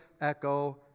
echo